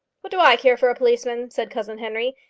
what do i care for policemen? said cousin henry.